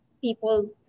people